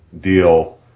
deal